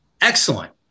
Excellent